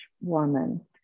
woman